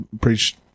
preached